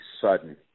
sudden